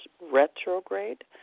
retrograde